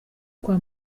kwa